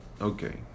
okay